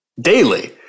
daily